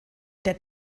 der